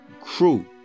crew